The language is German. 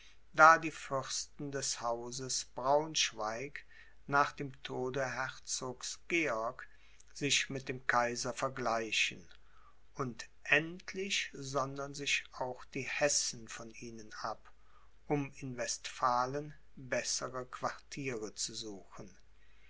da die fürsten des hauses braunschweig nach dem tode herzogs georg sich mit dem kaiser vergleichen und endlich sondern sich auch die hessen von ihnen ab um in westphalen bessere quartiere zu suchen